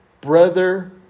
brother